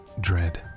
dread